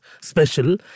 special